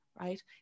right